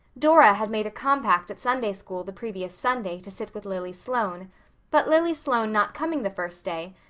dora had made a compact at sunday school the previous sunday to sit with lily sloane but lily sloane not coming the first day,